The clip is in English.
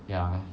ya